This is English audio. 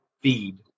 feed